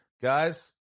guys